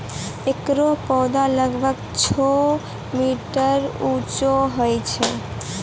एकरो पौधा लगभग छो मीटर उच्चो होय छै